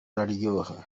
araryoha